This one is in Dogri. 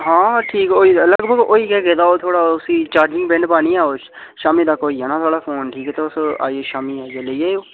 हां ठीक होई गेदा लगभग होई गै गेदा थोह्ड़ा उसी चार्जिंग पिन पानी ऐ शामी तक होई जाना थुआढ़ा फोन ठीक तुस आइयै शामी आइयै लेई जाएयो